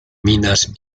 minas